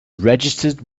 registered